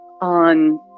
on